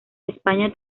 españa